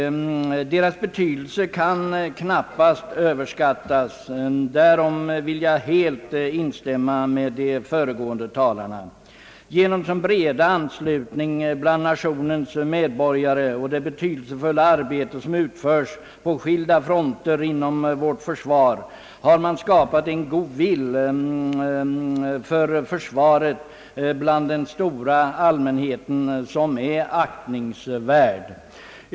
Deras betydelse kan knappast över skattas. Däri vill jag helt instämma med de föregående talarna. Genom den breda förankringen bland nationens medborgare och det betydelsefulla arbete som utföres på skilda fronter inom vårt försvar har de skapat en aktningsvärd goodwill för försvaret bland den stora allmänheten.